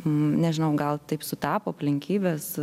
nežinau gal taip sutapo aplinkybės